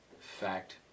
fact